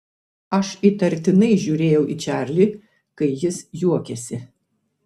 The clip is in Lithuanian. aš įtartinai žiūrėjau į čarlį kai jis juokėsi